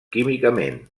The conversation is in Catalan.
químicament